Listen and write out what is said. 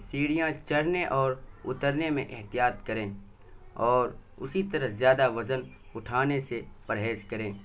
سیڑھیاں چڑھنے اور اترنے میں احتیاط کریں اور اسی طرح زیادہ وزن اٹھانے سے پرہیز کریں